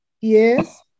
Yes